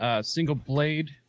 single-blade